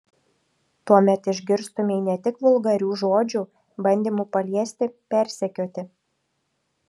tuomet išgirstumei ne tik vulgarių žodžių bandymų paliesti persekioti